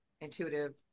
intuitive